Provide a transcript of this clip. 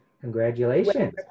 Congratulations